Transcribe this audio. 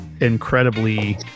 incredibly